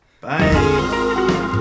Bye